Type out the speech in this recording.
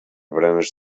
baranes